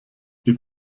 die